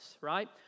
Right